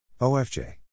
OFJ